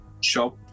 shop